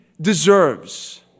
deserves